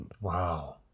Wow